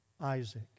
Isaac